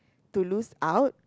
to lose out